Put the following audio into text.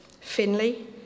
Finley